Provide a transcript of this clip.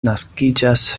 naskiĝas